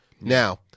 Now